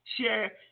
share